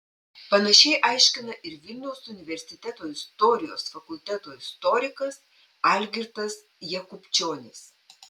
panašiai aiškina ir vilniaus universiteto istorijos fakulteto istorikas algirdas jakubčionis